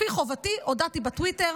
כפי חובתי הודעתי בטוויטר